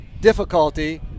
difficulty